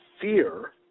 fear